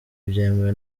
byemewe